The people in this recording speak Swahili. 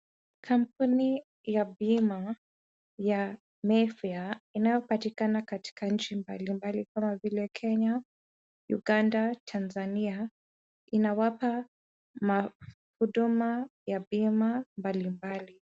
Kampuni ya bima ya Mayfair, inayopatikana katika nchi mbalimbali kama vile; Kenya, Uganda, Tanzania, inawapa huduma ya bima mbalimbali.